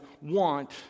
want